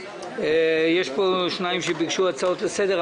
יש פה שני חברי כנסת שביקשו הצעות לסדר,